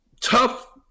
Tough